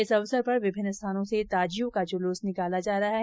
इस अवसर पर विभिन्न स्थानों से ताजियों का जुलुस निकाला जा रहा है